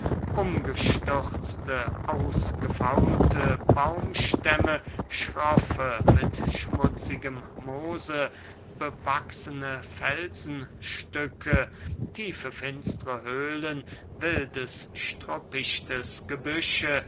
umgestürzte ausgefaulte baumstämme schroffe mit schmutzigem moose bewachsene felsenstücke tiefe finstre höhlen wildes struppichtes gebüsche